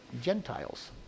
Gentiles